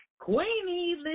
Queenie